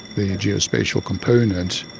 the geospatial component,